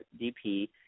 DP